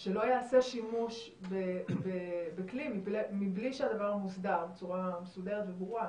שלא ייעשה שימוש בכלי מבלי שהדבר מוסדר בצורה מסודרת וברורה.